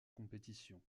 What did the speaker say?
compétition